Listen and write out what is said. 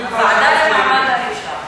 הוועדה למעמד האישה.